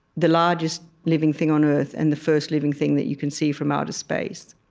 the largest living thing on earth and the first living thing that you can see from outer space